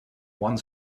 one